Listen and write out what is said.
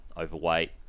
overweight